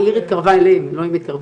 העיר התקרבה אליהם, לא הם התקרבו.